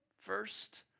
first